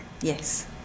Yes